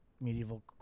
medieval